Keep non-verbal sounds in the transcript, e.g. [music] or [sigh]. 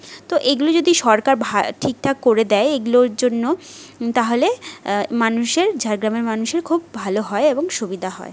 তো এগুলি যদি সরকার [unintelligible] ঠিকঠাক করে দেয় এগুলোর জন্য তাহলে মানুষের ঝাড়গ্রামের মানুষের খুব ভালো হয় এবং সুবিধা হয়